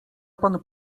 pan